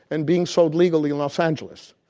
and being sold legally in los angeles.